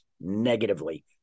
negatively